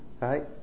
right